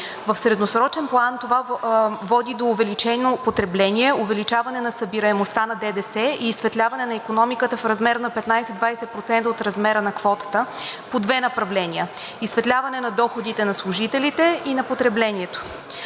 В средносрочен план това води до увеличено потребление, увеличаване на събираемостта на ДДС и изсветляване на икономиката в размер на 15 – 20% от размера на квотата по две направления – изсветляване на доходите на служителите и на потреблението.